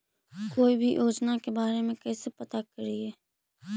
कोई भी योजना के बारे में कैसे पता करिए?